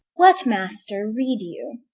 what, master, read you,